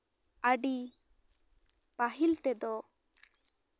ᱟᱹᱰᱤ ᱯᱟᱹᱦᱤᱞ ᱛᱮᱫᱚ